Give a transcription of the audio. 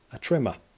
a trimmer.